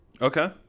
Okay